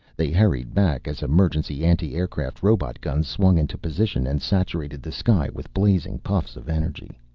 they hurried back as emergency anti-aircraft robot guns swung into position and saturated the sky with blazing puffs of energy.